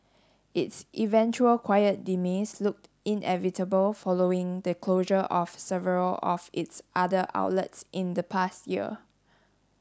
its eventual quiet demise looked inevitable following the closure of several of its other outlets in the past year